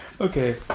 Okay